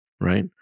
right